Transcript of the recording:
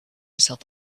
herself